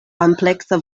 ampleksa